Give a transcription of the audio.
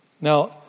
Now